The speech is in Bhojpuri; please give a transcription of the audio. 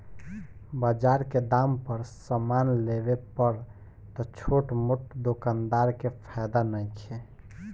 बजार के दाम पर समान लेवे पर त छोट मोट दोकानदार के फायदा नइखे